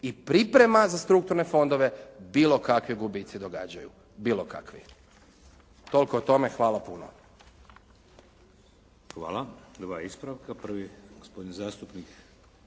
i priprema za strukturne fondove bilo kakvi gubitci događaju. Bilo kakvi. Toliko o tome. Hvala puno. **Šeks, Vladimir (HDZ)** Hvala. Nova ispravka. Prvi, gospodin zastupnik